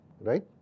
right